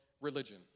religion